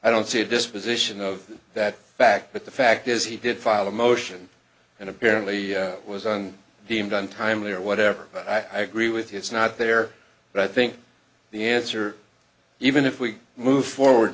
i don't see a disposition of that back but the fact is he did file a motion and apparently it was on being done timely or whatever but i agree with you it's not there but i think the answer even if we move forward